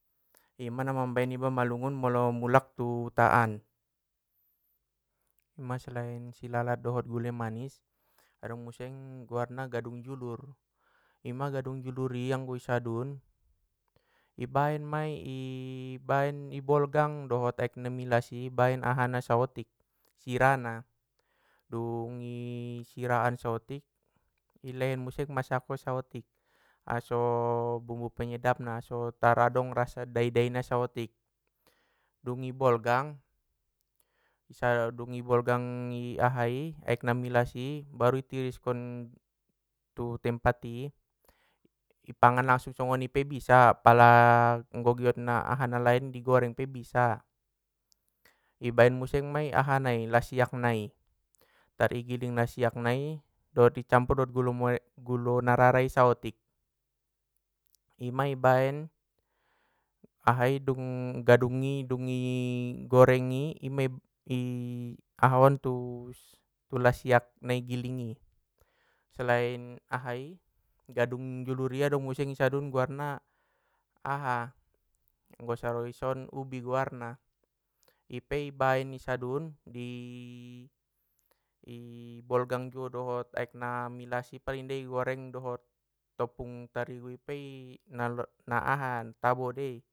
Ima namam baen iba malungun molo mulak tu uta an, ima selain silalat dot gule manis, adong muse guarna gadung julur, ima gadung julur i anggo i sadun ibaen mai i baen- i bolgang dot aek na milas i ibaen ahana saotik sirana dung i siraan saotik i baen muse masako saotik aso bumbu penyedap na aso taradong rasa dai dai na saotik, dung i bolgang dung i bolgang i ahai aek namilasi baru i tiriskon tu tempat i, i pangan langsung songoni pe bisa pala anggo giotna aha na lain i goreng pe bisa, i baen muse mei ahana i lasiakna i, tar i giling lasiak na i dot i campur dot gulomo- gulo nararai saotik, ima i baen ahai dung gadung i dung goreng i ima ahaon lasiak na igiling i selain ahai gadung julur i adong muse i sadun guarna aha! Anggo saro i son ubi guarna, ipe i baen i sadun i bolgang juo dohot aek na milasi pala inda i goreng dohot topung tarigui pe i na han tabodei.